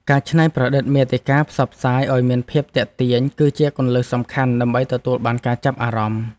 ការច្នៃប្រឌិតមាតិកាផ្សព្វផ្សាយឱ្យមានភាពទាក់ទាញ គឺជាគន្លឹះសំខាន់ដើម្បីទទួលបានការចាប់អារម្មណ៍។